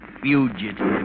Fugitive